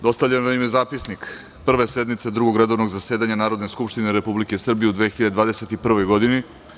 Dostavljen vam je Zapisnik Prve sednice Drugog redovnog zasedanja Narodne skupštine Republike Srbije u 2021. godini.